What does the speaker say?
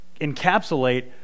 encapsulate